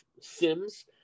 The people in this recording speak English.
Sims